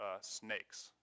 snakes